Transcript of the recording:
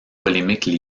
polémiques